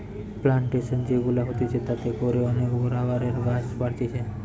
plantation যে গুলা হতিছে তাতে করে অনেক রাবারের গাছ বাড়তিছে